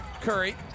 Curry